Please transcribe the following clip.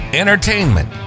entertainment